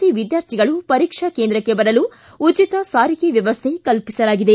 C ವಿದ್ಯಾರ್ಥಿಗಳು ಪರೀಕ್ಷಾ ಕೇಂದ್ರಕ್ಕೆ ಬರಲು ಉಚಿತ ಸಾರಿಗೆ ವ್ವವಸ್ಥೆ ಕಲ್ಪಿಸಲಾಗಿದೆ